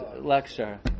lecture